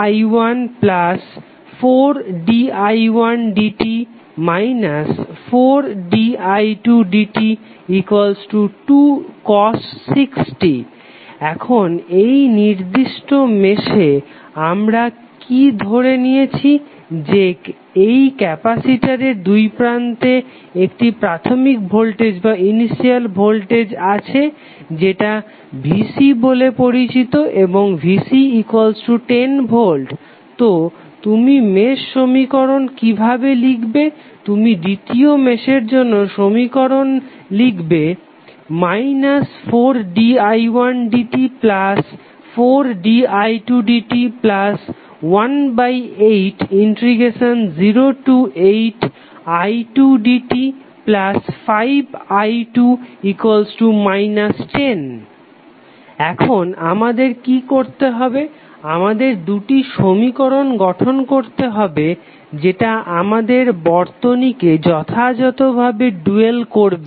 3i14di1dt 4di2dt2cos 6t এখন এই নির্দিষ্ট মেশে আমরা কি ধরে নিয়েছি যে এই ক্যাপাসিটরের দুই প্রান্তে একটি প্রথমিক ভোল্টেজ আছে যেটা vC বলে পরিচিত এবং vC10 v তো তুমি মেশ সমীকরণ কিভাবে লিখবে তুমি দ্বিতীয় মেশের জন্য মেশ সমীকরণ লিখবে 4di1dt4di2dt180ti2dt5i2 10 এখন আমাদের কি করতে হবে আমাদের দুটি সমীকরণ গঠন করতে হবে যেটা আমাদের বর্তনীকে যথাযথ ভাবে ডুয়াল করবে